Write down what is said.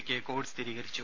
ക്ക് കോവിഡ് സ്ഥിരീകരിച്ചു